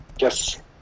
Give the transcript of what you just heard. yes